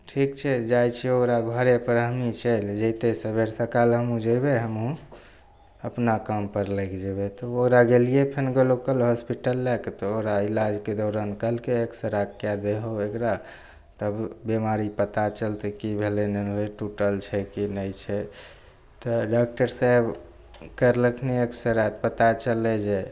ठीक छै जाइ छिए ओकरा घरेपर हमहीँ चलि जएतै सबेर सकाल हमहूँ जएबै हमहूँ अपना कामपर लागि जएबै तऽ ओकरा गेलिए फेर लोकल हॉसपिटल लैके तऽ ओकरा इलाजके दौरान कहलकै एक्सरे कै दहो एकरा तब बेमारी पता चलतै कि भेलै नहि भेलै टुटल छै कि नहि छै तऽ डाकटर साहेब करलखिन एक्सरे तऽ पता चललै जे